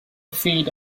feed